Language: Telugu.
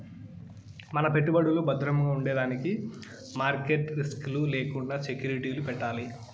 మన పెట్టుబడులు బద్రముండేదానికి మార్కెట్ రిస్క్ లు లేకండా సెక్యూరిటీలు పెట్టాలి